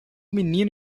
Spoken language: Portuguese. menino